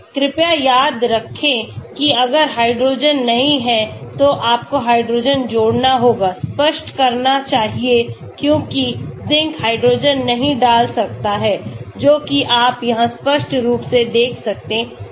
कृपया याद रखें कि अगर हाइड्रोजेन नहीं हैं तो आपको हाइड्रोजन जोड़ना होगा स्पष्ट करना चाहिए क्योंकि Zinc हाइड्रोजन नहीं डाल सकता है जोकि आप यहां स्पष्ट रूप से देख सकते हैं